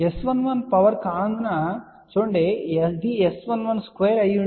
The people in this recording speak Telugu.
S11 పవర్ కానందున చూడండి ఇది S112 అయి ఉంటే అది 10 అవుతుంది సరే